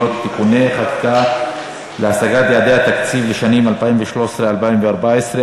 (תיקוני חקיקה להשגת יעדי התקציב לשנים 2013 ו-2014),